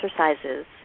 exercises